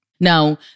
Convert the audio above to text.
Now